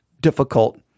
difficult